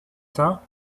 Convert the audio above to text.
tintin